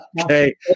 Okay